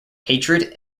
hatred